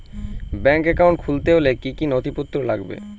Bank account খুলতে হলে কি কি নথিপত্র লাগবে?